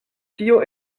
tio